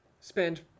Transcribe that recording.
spend